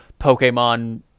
Pokemon